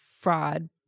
fraud